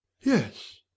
yes